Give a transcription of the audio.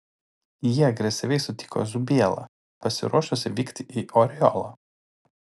jie agresyviai sutiko zubielą pasiruošusį vykti į oriolą